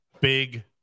big